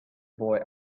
boy